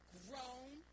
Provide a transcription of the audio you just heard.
grown